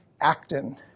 actin